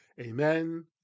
amen